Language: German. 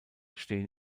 stehen